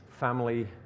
family